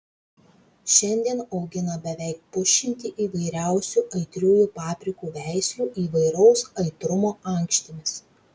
šiandien augina beveik pusšimtį įvairiausių aitriųjų paprikų veislių įvairaus aitrumo ankštimis